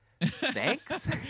thanks